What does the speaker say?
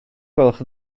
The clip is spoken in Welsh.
gwelwch